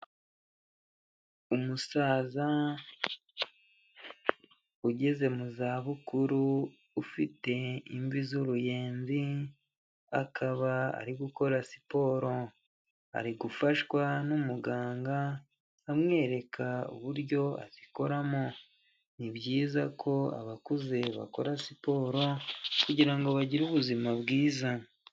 Umusaza ugeze mu zabukuru ufite imvi z'uruyenzi akaba ari gukora siporo ari gufashwa n'umuganga amwereka uburyo abikoramo, ni byiza ko abakuze bakora siporo kugira bagire ubuzima bwiza.